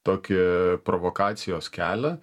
tokį provokacijos kelią